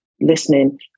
listening